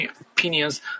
opinions